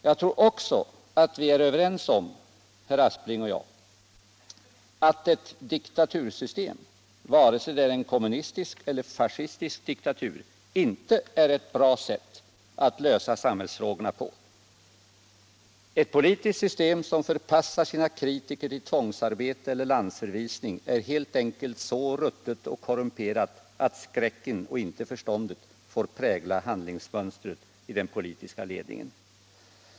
Jag tror också att vi är överens, herr Aspling och jag, om att ett diktatursystem, vare sig det är en kommunistisk eller en fascistisk diktatur, inte ger någon bra grund för att lösa samhällsfrågorna på. Ett politiskt system som förpassar sina kritiker till tvångsarbete eller landsförvisning är helt enkelt så ruttet och korrumperat att skräcken och inte förståndet får prägla handlingsmönstret i den politiska ledningen.